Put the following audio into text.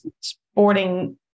sporting